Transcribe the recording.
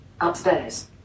Upstairs